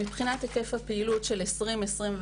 מבחינת היקף הפעילות של שנת 2021,